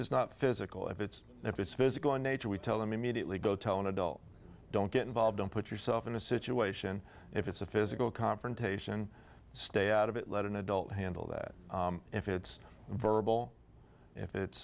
it's not physical if it's if it's physical in nature we tell them immediately go tell an adult don't get involved don't put yourself in a situation if it's a physical confrontation stay out of it let an adult handle that if it's verbal if it's